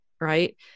right